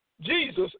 Jesus